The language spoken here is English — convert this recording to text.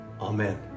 Amen